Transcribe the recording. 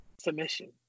submission